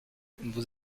vous